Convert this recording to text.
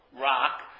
rock